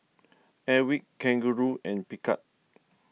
Airwick Kangaroo and Picard